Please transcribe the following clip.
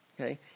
Okay